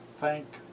thank